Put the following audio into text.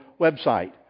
website